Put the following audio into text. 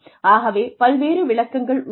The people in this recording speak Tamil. ஆகவே பல்வேறு விளக்கங்கள் உள்ளன